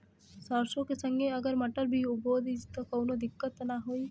सरसो के संगे अगर मटर भी बो दी त कवनो दिक्कत त ना होय?